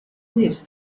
nies